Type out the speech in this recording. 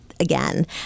Again